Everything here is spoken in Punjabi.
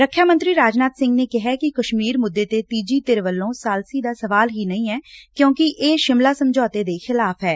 ਰੱਖਿਆ ਮੰਤਰੀ ਰਾਜਨਾਥ ਸਿੰਘ ਨੇ ਕਿਹੈ ਕਿ ਕਸ਼ਮੀਰ ਮੁੱਦੇ ਤੇ ਤੀਜੀ ਧਿਰ ਵੱਲੋਂ ਸਾਲਸੀ ਦਾ ਸਵਾਲ ਹੀ ਨਹੀਂ ਐ ਕਿਉਂਕਿ ਇਹ ਸ਼ਿਮਲਾ ਸਮਝੌਤੇ ਦੇ ਖਿਲਾਫ਼ ਐ